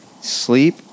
sleep